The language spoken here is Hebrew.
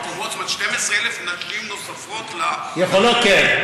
מקומות, זאת אומרת 12,000 נשים נוספות, כן.